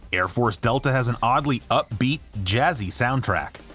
airforce delta has an oddly upbeat, jazzy soundtrack.